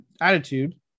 attitude